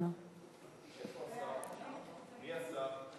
מי השר?